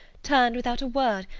turned, without a word,